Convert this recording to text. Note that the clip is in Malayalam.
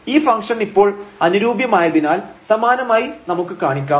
ഈ ഫംഗ്ഷൻ ഇപ്പോൾ അനുരൂപ്യമായതിനാൽ സമാനമായി നമുക്ക് കാണിക്കാം